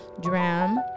dram